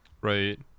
right